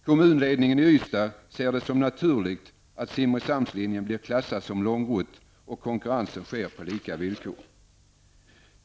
Kommunledningen i Ystad ser det som naturligt att Simrishamnslinjen blir klassad som långrutt och att konkurrensen sker på lika villkor.